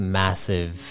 massive